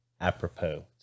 apropos